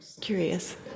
Curious